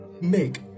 make